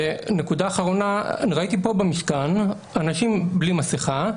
נקודה אחרונה, ראיתי פה במשכן אנשים בלי מסכה,